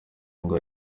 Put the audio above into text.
ngo